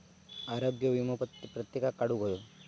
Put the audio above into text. आरोग्य वीमो प्रत्येकान काढुक हवो